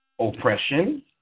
oppression